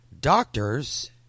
Doctors